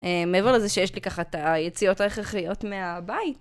מעבר לזה שיש לי ככה את היציאות ההכרחיות מהבית.